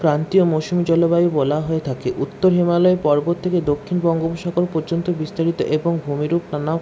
ক্রান্তীয় মৌসুমি জলবায়ু বলা হয়ে থাকে উত্তর হিমালয় পর্বত থেকে দক্ষিণ বঙ্গোপসাগর পর্যন্ত বিস্তারিত এবং ভূমিরূপ নানাও